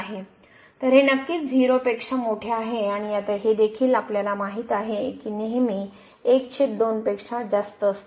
तर हे नक्कीच 0 पेक्षा मोठे आहे आणि आता हे देखील आपल्याला माहित आहे की हे नेहमी 12पेक्षा जास्त असते